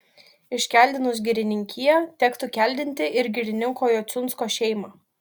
iškeldinus girininkiją tektų keldinti ir girininko jociunsko šeimą